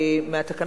גובהו,